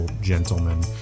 gentlemen